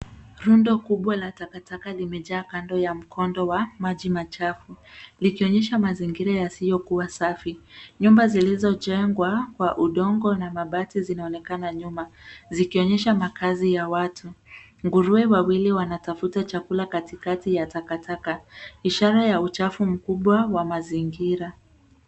Rundo kubwa la takataka limejaa kando ya mkondo wa maji machafu, likionyesha mazingira yasiyo kuwa safi. Nyumba zilizojengwa kwa udongo na mabati zinaonekana nyuma, zikionyesha makazi ya watu. Nguruwe wawili wanatafuta chakula katikati ya takataka, ishara ya uchafu mkubwa wa mazingira.